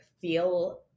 feel